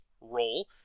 role